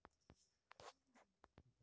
सरसों के खेती कैसन मिट्टी पर होई छाई?